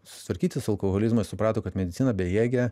susitvarkyti su alkoholizmu jis suprato kad medicina bejėgė